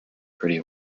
pretty